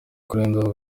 kurenza